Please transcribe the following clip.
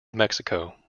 mexico